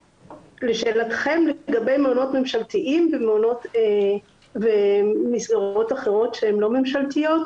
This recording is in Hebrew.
לשאלתכם לגבי מעונות ממשלתיים ומסגרות אחרות שהן לא ממשלתיות,